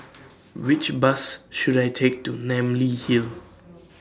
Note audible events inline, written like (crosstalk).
(noise) Which Bus should I Take to Namly Hill